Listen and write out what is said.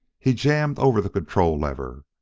he jammed over the control lever,